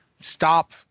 Stop